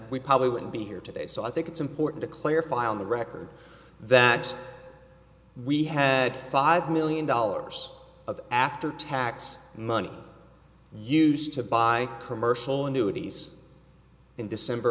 we probably wouldn't be here today so i think it's important to clarify on the record that we had five million dollars of after tax money used to buy commercial a new nice in december